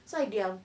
so I diam